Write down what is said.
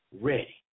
ready